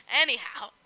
Anyhow